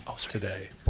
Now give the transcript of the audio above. today